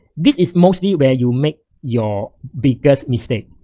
this is mostly where you make your biggest mistake.